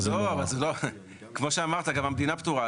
לא, אז כמו שאמרת, כמו שהמדינה פטורה.